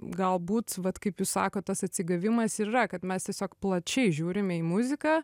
galbūt vat kaip jūs sakot tas atsigavimas ir yra kad mes tiesiog plačiai žiūrime į muziką